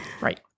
Right